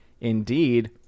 indeed